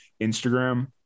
Instagram